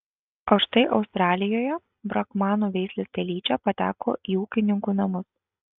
o štai australijoje brahmanų veislės telyčia pateko į ūkininkų namus